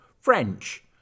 French